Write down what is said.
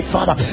Father